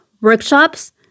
workshops